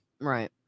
Right